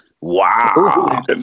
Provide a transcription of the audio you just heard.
Wow